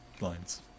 lines